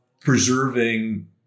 preserving